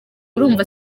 urumva